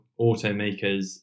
automakers